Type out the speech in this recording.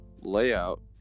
layout